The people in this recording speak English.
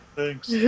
Thanks